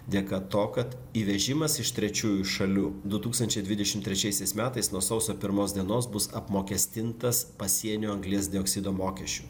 dėka to kad įvežimas iš trečiųjų šalių du tūkstančiai dvidešimt trečiaisiais metais nuo sausio pirmos dienos bus apmokestintas pasienio anglies dioksido mokesčiu